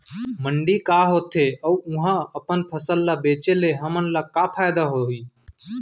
मंडी का होथे अऊ उहा अपन फसल ला बेचे ले हमन ला का फायदा होही?